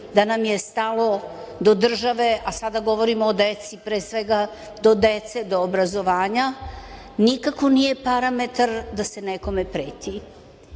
da nam je stalo do države, a sada govorimo o deci, do dece, do obrazovanja, nikako nije parametar da se nekome preti.